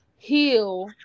heal